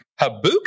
Habuka